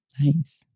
Nice